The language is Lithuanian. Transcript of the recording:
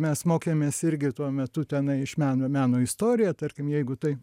mes mokėmės irgi tuo metu tenai iš meno meno istoriją tarkim jeigu tai